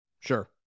Sure